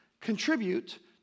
contribute